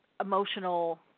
emotional